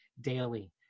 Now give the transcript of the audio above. daily